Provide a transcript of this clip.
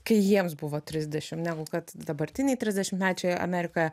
kai jiems buvo trisdešim negu kad dabartiniai trisdešimtmečiai amerikoje